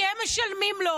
כי הם משלמים לו.